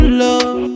love